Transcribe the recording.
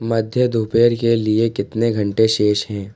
मध्य दोपहर के लिए कितने घंटे शेष हैं